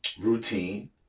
routine